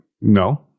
no